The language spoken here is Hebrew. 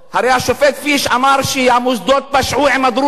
הרי השופט פיש אמר שהמוסדות פשעו עם הדרוזים,